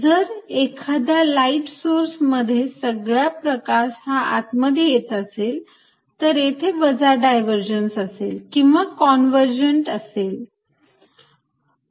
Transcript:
जर एखाद्या light source मध्ये सगळ्या प्रकाश हा आतमध्ये येत असेल तर येथे वजा डायव्हर्जन्स असेल किंवा कॉन्वेर्झन्ट असेल